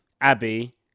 Abby